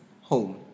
home